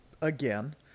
again